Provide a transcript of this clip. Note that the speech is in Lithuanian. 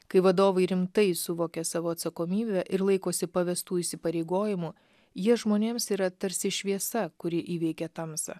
kai vadovai rimtai suvokia savo atsakomybę ir laikosi pavestų įsipareigojimų jie žmonėms yra tarsi šviesa kuri įveikia tamsą